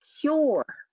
cure